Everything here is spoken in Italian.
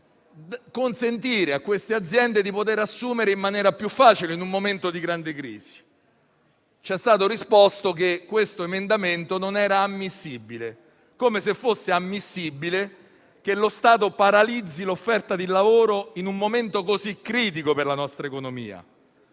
qualche modo a queste aziende di poter assumere in maniera più facile in un momento di grande crisi. Ci è stato risposto che questo emendamento non era ammissibile, come se fosse invece ammissibile che lo Stato paralizzi l'offerta di lavoro in un momento così critico per la nostra economia.